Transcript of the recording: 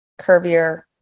curvier